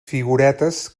figuretes